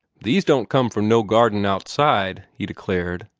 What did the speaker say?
these don't come from no garden outside, he declared.